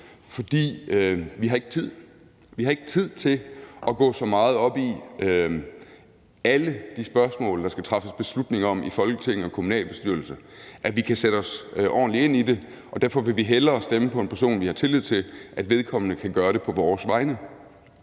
tid. Vi har ikke tid til at gå så meget op i alle de spørgsmål, der skal træffes beslutning om i Folketing og kommunalbestyrelse, at vi kan sætte os ordentligt ind i det, og derfor vil vi hellere stemme på en person, som vi har tillid til kan gøre det på vores vegne.